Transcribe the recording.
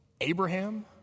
Abraham